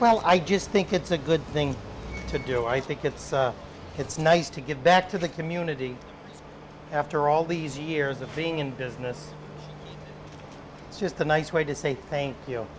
well i just think it's a good thing to do i think it's it's nice to give back to the community after all these years of being in business is just a nice way to say thank you